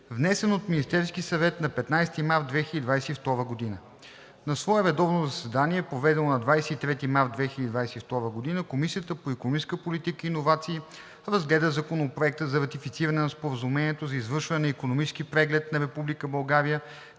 внесен от Министерския съвет на 15 март 2022 г. На свое редовно заседание, проведено на 23 март 2022 г., Комисията по икономическа политика и иновации разгледа Законопроекта за ратифициране на Споразумението за извършване на Икономически преглед на